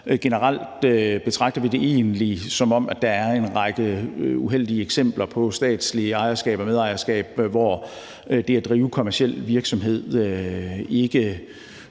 Generelt betragter vi det egentlig, som om der er en række uheldige eksempler på statsligt ejerskab og medejerskab, hvor det at drive kommerciel virksomhed ikke